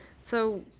so,